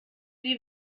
sie